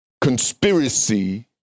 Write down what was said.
conspiracy